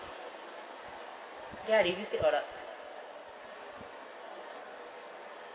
ya they used it a lot